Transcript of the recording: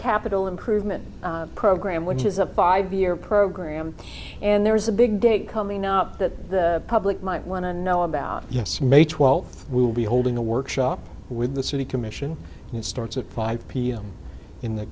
capital improvement program which is a five year program and there is a big day coming up that the public might want to know about yes may twelfth we will be holding a workshop with the city commission starts at five pm in the